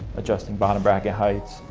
adjusting bottom bracket heights,